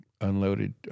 unloaded